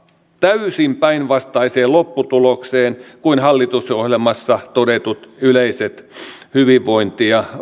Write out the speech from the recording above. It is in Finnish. täysin päinvastaiseen lopputulokseen kuin hallitusohjelmassa todetut yleiset hyvinvointi ja